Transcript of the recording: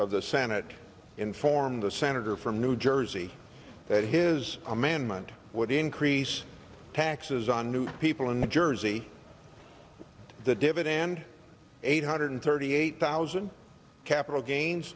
of the senate inform the senator from new jersey that his amendment would increase taxes on new people in new jersey the dividend eight hundred thirty eight thousand capital gains